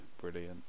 brilliant